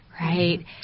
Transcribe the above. Right